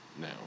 now